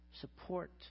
support